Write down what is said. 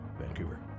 Vancouver